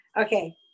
Okay